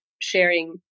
sharing